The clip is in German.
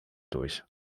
durch